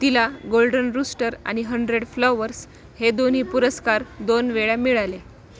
तिला Golden Rooster आणि Hundred Flowers हे दोन्ही पुरस्कार दोन वेळा मिळाले